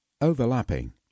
Overlapping